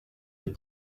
des